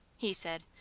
he said,